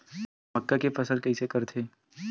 मक्का के फसल कइसे करथे?